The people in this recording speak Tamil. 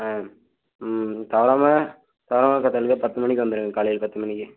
ஆ ம் தவறாமல் தவறாமல் காத்தாலுக்கே பத்து மணிக்கு வந்துடுங்க காலையில் பத்து மணிக்கு